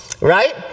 right